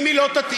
אם היא לא תתאים,